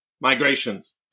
migrations